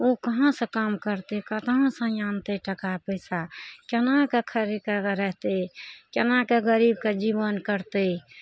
ओ कहाँसँ काम करतइ कतऽसँ आनतइ टाका पैसा केनाकऽ खरीद कऽ रहतइ केना कऽ गरीबके जीवन कटतइ